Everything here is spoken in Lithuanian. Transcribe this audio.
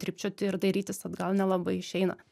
trypčioti ir dairytis atgal nelabai išeina